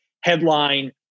Headline